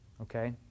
okay